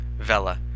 vella